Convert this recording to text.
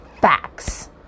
facts